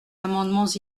amendements